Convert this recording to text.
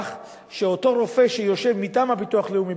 שאותו רופא שיושב מטעם הביטוח הלאומי,